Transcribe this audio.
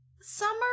summer